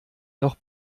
noch